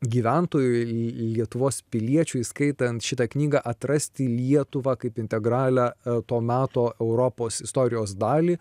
gyventojui lietuvos piliečiui skaitant šitą knygą atrasti lietuvą kaip integralią to meto europos istorijos dalį